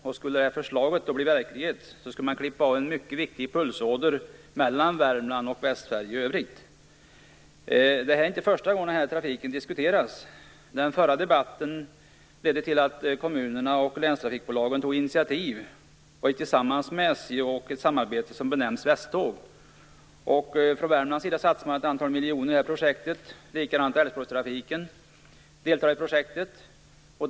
Om förslaget blir verklighet skulle man klippa av en mycket viktig pulsåder mellan Värmland och Det är inte första gången denna trafik diskuteras. Den förra debatten ledde till att kommunerna och länstrafikbolagen tog initiativ tillsammans med SJ till ett samarbete som benämnts Västtåg. Från Värmlands sida satsade man ett antal miljoner i projektet, och likaså Älvsborgstrafiken deltog i projektet.